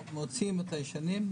מוציאות את הישנות.